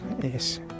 Yes